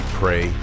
pray